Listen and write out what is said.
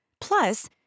Plus